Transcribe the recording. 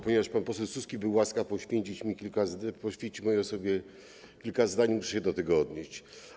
Ponieważ pan poseł Suski był łaskaw poświęcić mi kilka zdań, poświęcił mojej osobie kilka zdań, muszę się do tego odnieść.